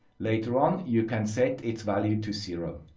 later-on, you can set its value to zero.